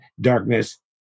darkness